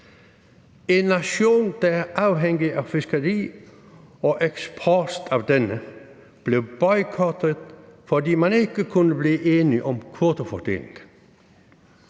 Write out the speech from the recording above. En nation, der er afhængig af fiskeri og eksport af denne, blev boykottet, fordi man ikke kunne blive enige om kvotefordelingen.